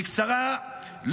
בקצרה,